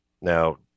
Now